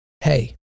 hey